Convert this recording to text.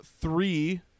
three –